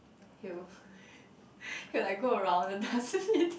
he will he'll like go around the dustbin